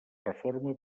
reforma